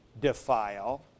defile